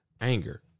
anger